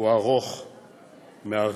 הוא ארוך, מאכזב,